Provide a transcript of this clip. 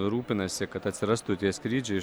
rūpinasi kad atsirastų tie skrydžiai